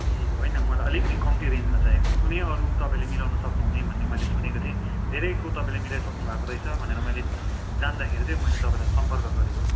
ए होइन मलाई अलिकति कम्ती रेन्जमा चाहिएको कुनै अरू तपाईँले मिलाउनु सक्नुहुने भन्ने मैले सुनेको थिएँ धेरैको तपाईँले मिलाइसक्नु भएको रहेस भनेर मैले जान्दाखेरि चाहिँ मैले तपाईँलाई सम्पर्क गरेको